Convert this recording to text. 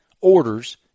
orders